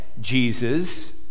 Jesus